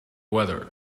weather